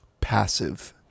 passive